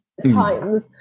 times